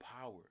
power